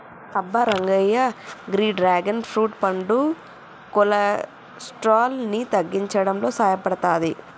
అబ్బ రంగయ్య గీ dragon fruit పండు కొలెస్ట్రాల్ ని తగ్గించడంలో సాయపడతాది